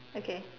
okay